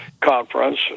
conference